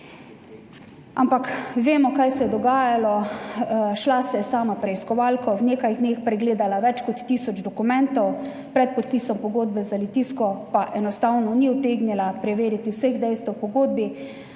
Ampak vemo, kaj se je dogajalo. Šla se je sama preiskovalko, v nekaj dneh pregledala več kot tisoč dokumentov, pred podpisom pogodbe za Litijsko pa enostavno ni utegnila preveriti vseh dejstev v pogodbi,